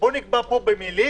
בואו נקבע פה במילים,